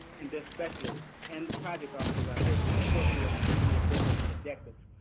and their specialists, and the project officers are here to support you in achieving your coalition's objectives,